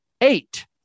eight